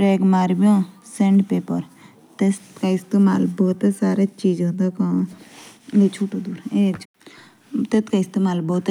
रेगमाल का इस्तेमाल बहुते चीजों द ए। जश कुछ पिनों ताबे इतका इस्तेमाल ए। और